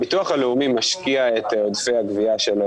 הביטוח הלאומי משקיע את עודפי הגבייה שלו,